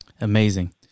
Amazing